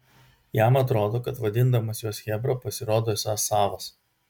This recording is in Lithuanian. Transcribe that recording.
jam atrodo kad vadindamas juos chebra pasirodo esąs savas